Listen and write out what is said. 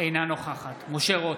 אינה נוכחת משה רוט,